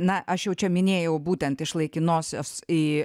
na aš jau čia minėjau būtent iš laikinosios į